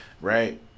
right